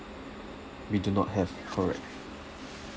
we do not have correct